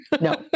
No